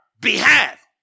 behalf